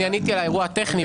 אני עניתי על האירוע הטכני.